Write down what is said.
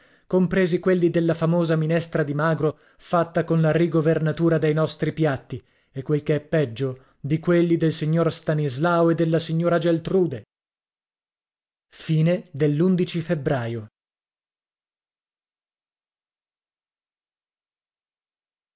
compresi quelli della famosa minestra di magro fatta con la rigovernatura dei nostri piatti e quel che è peggio di quelli del signor stanislao e della signora eltrude febbraio